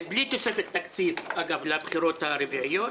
בלי תוספת תקציב לבחירות הרביעיות,